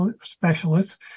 specialists